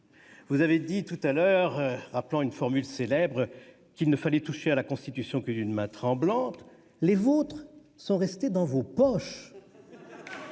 vous avez dit tout à l'heure, rappelant une formule célèbre, qu'il ne fallait toucher à la Constitution que d'une main tremblante. Les vôtres, de mains, sont restées dans vos poches